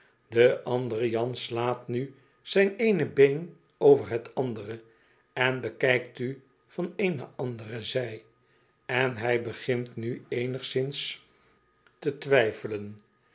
de andere jan slaat nu zijn eene been over het andere en bekijkt u van eene andere zij en bij begint nu eenigszins te twijfelen